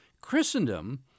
Christendom